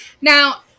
Now